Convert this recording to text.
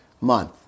month